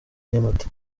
nyamata